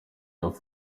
hafi